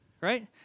Right